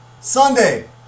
Sunday